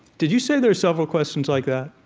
did you say there are several questions like that?